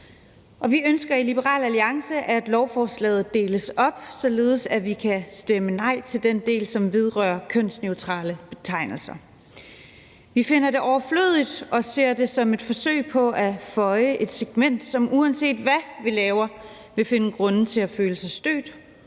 vi ønsker i Liberal Alliance, at lovforslaget deles op, således at vi kan stemme nej til den del, som vedrører kønsneutrale betegnelser. Vi finder det overflødigt og ser det som et forsøg på at føje et segment, som, uanset hvad vi laver, vil finde grunde til at føle sig stødt